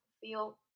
feel